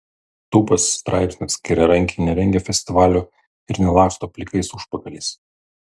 tūpas straipsnis kairiarankiai nerengia festivalių ir nelaksto plikais užpakaliais